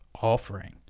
offering